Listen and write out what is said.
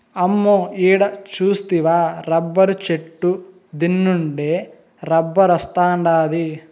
అమ్మో ఈడ సూస్తివా రబ్బరు చెట్టు దీన్నుండే రబ్బరొస్తాండాది